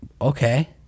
okay